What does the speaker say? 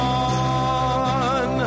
on